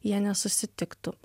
jie nesusitiktų